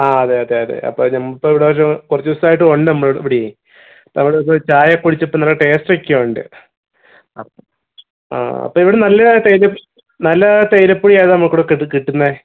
ആ അതെ അതെ അതെ അപ്പം ഞാനിപ്പം ഇവിടെയൊരു കുറച്ച് ദിവസം ആയിട്ടുണ്ട് നമ്മൾ ഇവിടയെ നമ്മളിപ്പോൾ ഒരു ചായയൊക്കെ കുടിച്ചപ്പോൾ നല്ല റ്റേസ്റ്റൊക്കെയുണ്ട് ആ അപ്പം ഇവിടെ നല്ല തേയില നല്ല തേയിലപ്പൊടി ഏതാ നമുക്കിവിടെ കിട്ടുന്നെ